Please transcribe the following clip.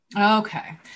Okay